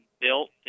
built